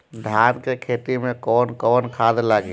धान के खेती में कवन कवन खाद लागी?